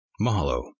Mahalo